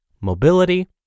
mobility